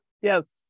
Yes